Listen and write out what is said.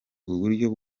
uburyo